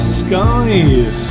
skies